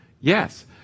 Yes